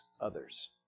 others